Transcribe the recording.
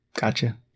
Gotcha